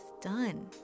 done